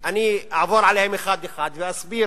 אני אעבור עליהם אחד-אחד ואסביר